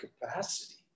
capacity